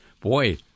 Boy